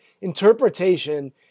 interpretation